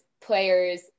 players